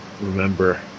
remember